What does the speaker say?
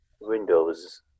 windows